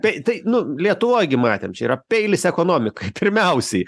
tai tai nu lietuvoj gi matėm čia yra peilis ekonomikai pirmiausiai